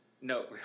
No